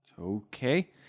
Okay